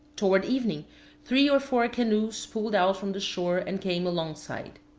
toward evening three or four canoes pulled out from the shore and came alongside.